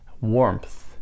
warmth